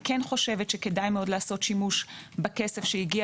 אני כן חושבת שכדאי לעשות שימוש בכסף שהגיע